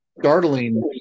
startling